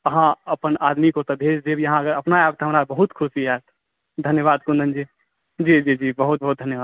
अहाँ अपन आदमीके ओतऽ भेज देब या अपने आयब तऽ हमरा बहुत खुशी होयत धन्यवाद कुन्दनजी जी जी जी बहुत बहुत धन्यवाद